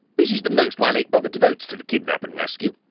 this is the most my late brother devotes to the kidnap and rescue.